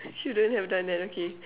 shouldn't have done that okay